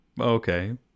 Okay